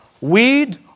weed